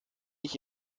ich